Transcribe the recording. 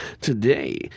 Today